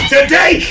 Today